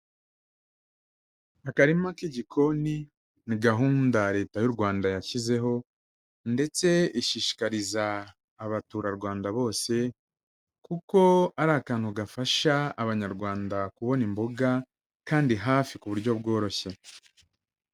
Akarima k'igikoni ni gahunda Leta y'u Rwanda yashyizeho ndetse ishishikariza abaturarwanda bose, kuko ari akantu gafasha abanyarwanda kubona imboga kandi hafi ku buryo bworoshye.